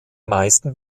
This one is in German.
meisten